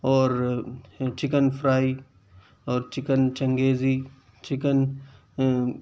اور chicken fry اور chicken changezi chicken